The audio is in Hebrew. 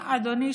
אדוני,